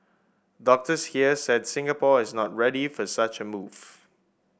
doctors here said Singapore is not ready for such a move